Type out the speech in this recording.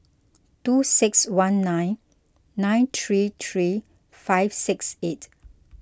two six one nine nine three three five six eight